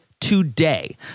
today